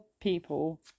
people